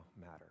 matter